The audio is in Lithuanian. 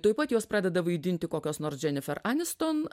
tuoj pat juos pradeda vaidinti kokios nors jennifer aniston